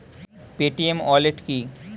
Paytm wallet কি?